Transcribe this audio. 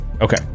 okay